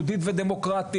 יהודית ודמוקרטית,